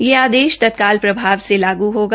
यह आदेश तत्काल प्रभाव से लागू होगा